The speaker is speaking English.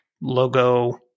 logo